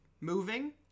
moving